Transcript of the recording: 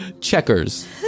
Checkers